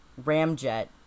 Ramjet